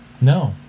No